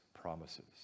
promises